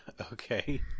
okay